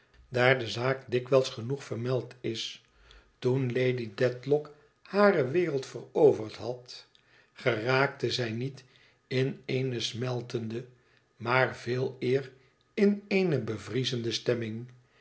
daar de zaak dikwijls genoeg vermeld is toen lady dedlock hare wereld veroverd had geraakte zij niet in eene smeltende maar veeleer in eene bevriezende stemming